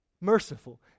merciful